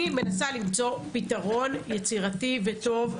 אני מנסה למצוא פתרון יצירתי וטוב,